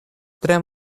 tre